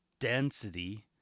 density